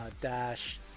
dash